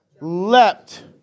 leapt